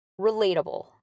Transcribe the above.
relatable